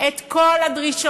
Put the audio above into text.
את כל הדרישות